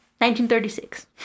1936